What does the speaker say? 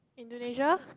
Indonesia